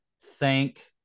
Thank